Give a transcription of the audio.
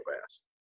fast